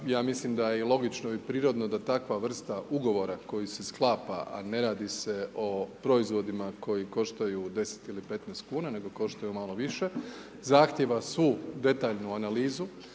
ja mislim da je i logično i prirodno, da takva vrsta ugovora koji se sklapa, a ne radi se o proizvodima koji koštaju 10 ili 15 kn, nego koštaju malo više. Zahtjeva su detaljnu analizu,